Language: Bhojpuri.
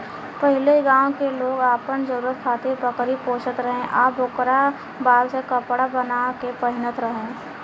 पहिले गांव के लोग आपन जरुरत खातिर बकरी पोसत रहे आ ओकरा बाल से कपड़ा बाना के पहिनत रहे